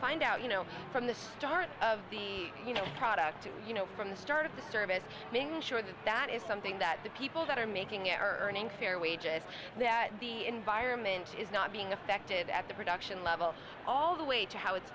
find out you know from the start of the you know product to you know from the start of the service making sure that that is something that the people that are making at her earning fair wages that the environment is not being affected at the production level all the way to how it's